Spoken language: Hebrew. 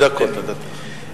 שתי דקות נתתי לך.